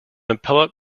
appellate